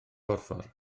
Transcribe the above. borffor